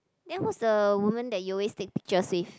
then who's the woman that you always take pictures with